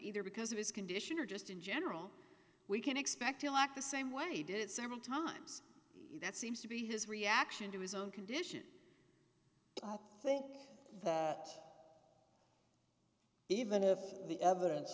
either because of his condition or just in general we can expect he'll act the same way he did it several times that seems to be his reaction to his own condition i think that even if the evidence